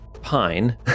Pine